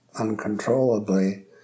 uncontrollably